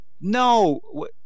No